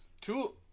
Two